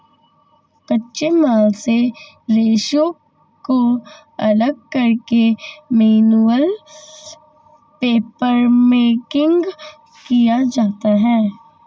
कच्चे माल से रेशों को अलग करके मैनुअल पेपरमेकिंग किया जाता है